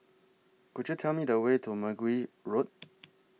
Could YOU Tell Me The Way to Mergui Road